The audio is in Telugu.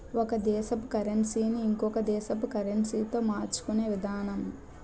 ఒక దేశపు కరన్సీ ని ఇంకొక దేశపు కరెన్సీతో మార్చుకునే విధానము